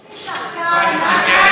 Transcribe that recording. בסדר.